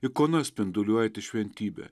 ikona spinduliuojanti šventybė